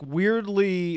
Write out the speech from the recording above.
weirdly